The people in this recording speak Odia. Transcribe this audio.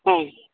ହଁ